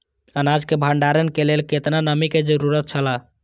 अनाज के भण्डार के लेल केतना नमि के जरूरत छला?